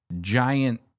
giant